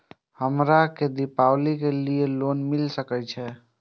हमरा के दीपावली के लीऐ लोन मिल सके छे?